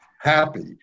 happy